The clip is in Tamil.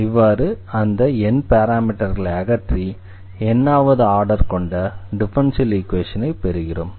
இவ்வாறு அந்த n பாராமீட்டர்களை அகற்றி n வது ஆர்டர் கொண்ட டிஃபரன்ஷியல் ஈக்வேஷனை பெறுகிறோம்